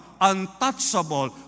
untouchable